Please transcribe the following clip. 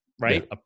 right